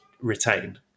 retain